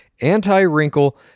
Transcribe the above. anti-wrinkle